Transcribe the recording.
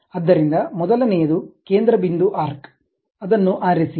ಆದ್ದರಿಂದ ಮೊದಲನೆಯದು ಕೇಂದ್ರ ಬಿಂದು ಆರ್ಕ್ ಅನ್ನು ಆರಿಸಿ